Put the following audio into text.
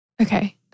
Okay